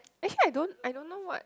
actually I don't I don't know what